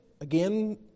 again